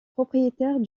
propriétaire